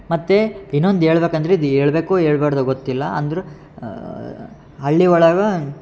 ಮತ್ತು ಇನ್ನೊಂದು ಹೇಳ್ಬಕಂದ್ರೆ ಇದು ಹೇಳ್ಬೇಕೋ ಹೇಳ್ಬಾಡ್ದೋ ಗೊತ್ತಿಲ್ಲ ಅಂದರು ಹಳ್ಳಿ ಒಳಗೆ